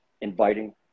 inviting